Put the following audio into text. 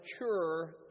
mature